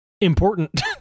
important